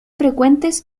frecuentes